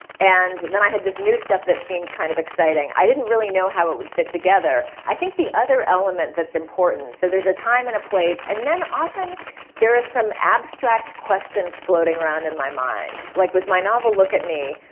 and then i had this new stuff that seemed kind of exciting. i didn't really know how it would fit together. i think the other element that's important is so there's a time and a place and then often there is some abstract questions floating around in my mind. like, with my novel look at me,